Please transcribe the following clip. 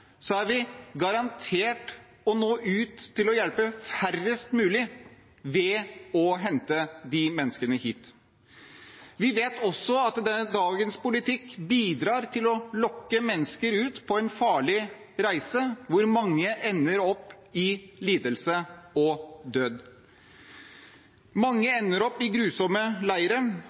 er vi garantert å nå ut til å hjelpe færrest mulig ved å hente de menneskene hit. Vi vet også at dagens politikk bidrar til å lokke mennesker ut på en farlig reise, som for mange ender i lidelse og død. Mange ender i grusomme leire.